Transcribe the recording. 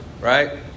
right